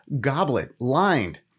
goblet-lined